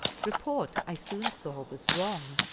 report, i soon saw, was wrong.